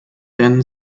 ten